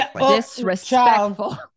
Disrespectful